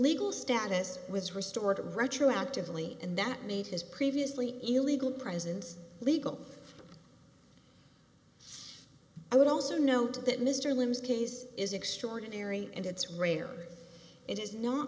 legal status was restored retroactively and that made his previously illegal presence legal i would also note that mr lim's case is extraordinary and it's rare it